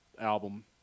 album